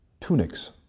tunics